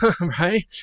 right